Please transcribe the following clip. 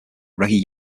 reggie